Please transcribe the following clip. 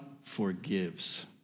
forgives